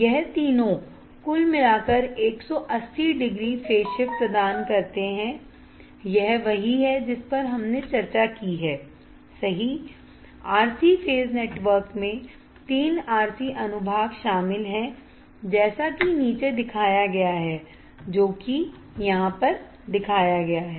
यह तीनों कुल मिलाकर 180 डिग्री फेज शिफ्ट प्रदान करते हैंयह वही है जिस पर हमने चर्चा की हैसही RC फेज नेटवर्क में 3 RC अनुभाग शामिल हैं जैसा कि नीचे दिखाया गया है जो कि यहां पर दिखाया गया है